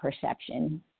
perception